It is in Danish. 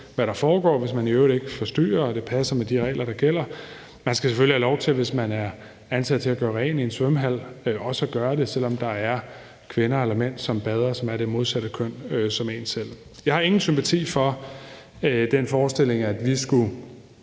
hvad der foregår, hvis man i øvrigt ikke forstyrrer og det passer med de regler, der gælder. Man skal selvfølgelig også have lov til at gøre rent i en svømmehal, hvis man er ansat til det, selv om der er kvinder eller mænd, som bader, og som altså er af det modsatte køn end en selv. Jeg har ingen sympati for den forestilling, at vi på